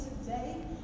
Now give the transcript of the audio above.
today